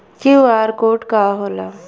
QR code का होला?